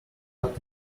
cut